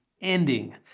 ending